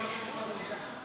אתה הראשון שנתפס במילה.